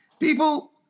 People